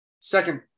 Second